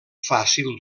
fàcil